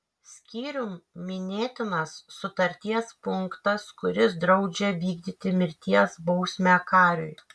skyrium minėtinas sutarties punktas kuris draudžia vykdyti mirties bausmę kariui